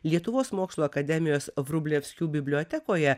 lietuvos mokslų akademijos vrublevskių bibliotekoje